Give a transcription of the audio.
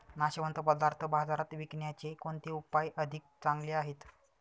नाशवंत पदार्थ बाजारात विकण्याचे कोणते उपाय अधिक चांगले आहेत?